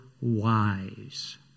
Wise